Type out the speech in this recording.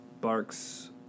barks